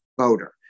voter